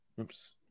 Oops